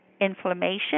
inflammation